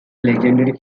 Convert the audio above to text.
legendary